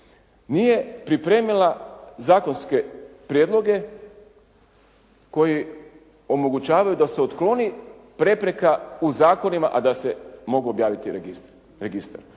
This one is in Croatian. nije pripremila zakonske prijedloge koji omogućavaju da se otkloni prepreka u zakonima, a da se mogu objaviti registri,